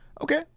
Okay